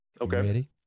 Okay